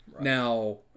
Now